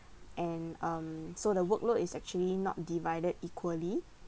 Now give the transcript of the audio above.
and um so the workload is actually not divided equally